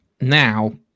Now